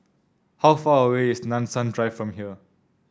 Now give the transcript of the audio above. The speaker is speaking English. how far away is Nanson Drive from here